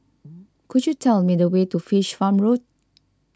could you tell me the way to Fish Farm Road